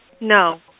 No